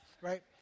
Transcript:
right